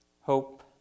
hope